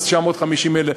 אז 950,000 שקל,